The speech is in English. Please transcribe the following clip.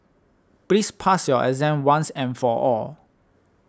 please pass your exam once and for all